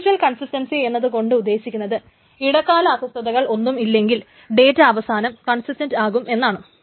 eventual consistency എന്നതു കൊണ്ട് ഉദ്ദേശിക്കുന്നത് ഇടക്കാല അസ്വസ്ഥതകൾ ഒന്നും ഇല്ലെങ്കിൽ ഡേറ്റ അവസാനം കൺസിസ്റ്റൻറ്റ് ആകും എന്നാണ്